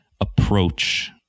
approach